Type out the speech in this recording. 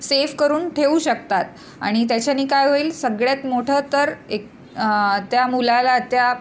save करून ठेवू शकतात आणि त्याच्याने काय होईल सगळ्यात मोठं तर एक त्या मुलाला त्या